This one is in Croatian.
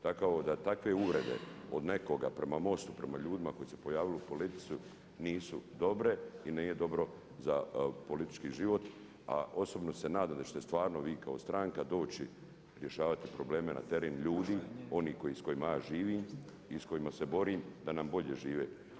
Tako da takve uvrede od nekoga prema MOST-u, prema ljudima koji su se pojavili u politici nisu dobre i nije dobro za politički život, a osobno se nadam da ćete stvarno vi kao stranka doći rješavati probleme na teren ljudi, onih s kojima ja živim i s kojima se borim da nam bolje žive.